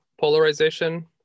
polarization